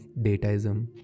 dataism